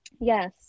yes